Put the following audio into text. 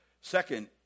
second